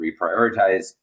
reprioritize